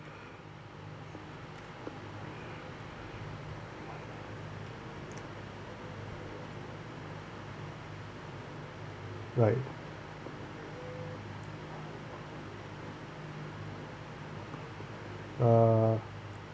right uh